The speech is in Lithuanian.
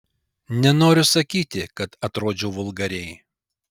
nenoriu sakyti kad atrodžiau vulgariai